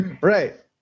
Right